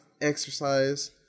exercise